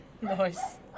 Nice